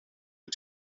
wyt